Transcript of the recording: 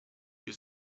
wir